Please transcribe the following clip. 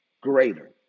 greater